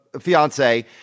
fiance